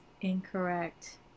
incorrect